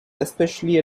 especially